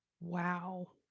Wow